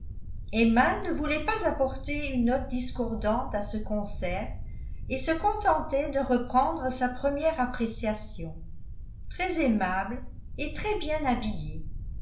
emma ne voulait pas apporter une note discordante à ce concert et se contentait de reprendre sa première appréciation très aimable et très bien habillée